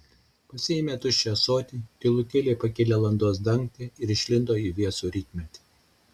pasiėmė tuščią ąsotį tylutėliai pakėlė landos dangtį ir išlindo į vėsų rytmetį